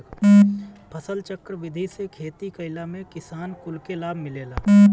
फसलचक्र विधि से खेती कईला में किसान कुल के लाभ मिलेला